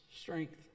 strength